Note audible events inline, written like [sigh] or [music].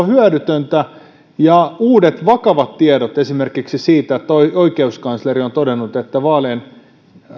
[unintelligible] hyödytöntä ja uudet vakavat tiedot esimerkiksi siitä kun oikeuskansleri on todennut että vaalien